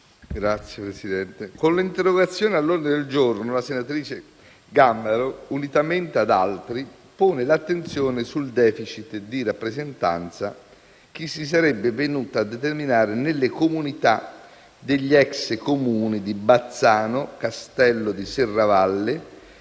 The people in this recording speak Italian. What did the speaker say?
Signor Presidente, con l'interrogazione all'ordine del giorno la senatrice Gambaro, unitamente ad altri, pone l'attenzione sul *deficit* di rappresentanza che si sarebbe venuto a determinare nelle comunità degli *ex* Comuni di Bazzano, Castello di Serravalle,